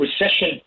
Recession